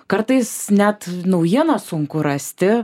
kartais net naujieną sunku rasti